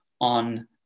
on